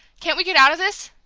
can't we get out of this?